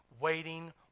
waiting